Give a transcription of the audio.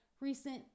recent